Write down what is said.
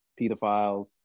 pedophiles